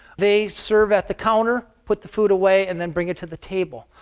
they serve at the counter, put the food away, and then bring it to the table.